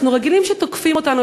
אנחנו רגילים שתוקפים אותנו,